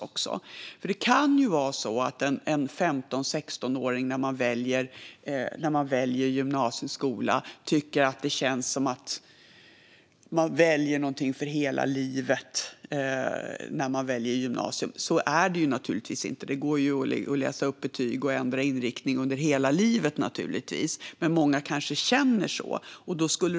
En 15-åring eller 16-åring som väljer gymnasium kan tycka att det känns som att man väljer något för hela livet. Så är det naturligtvis inte. Det går naturligtvis att läsa upp betyg och ändra inriktning under hela livet. Men många kanske känner att det är ett val för hela livet.